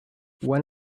when